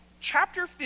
chapter